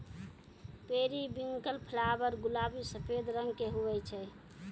periwinkle flower गुलाबी सफेद रंग के हुवै छै